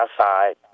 outside